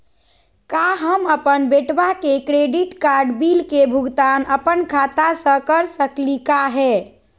का हम अपन बेटवा के क्रेडिट कार्ड बिल के भुगतान अपन खाता स कर सकली का हे?